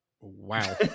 Wow